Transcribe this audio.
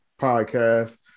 podcast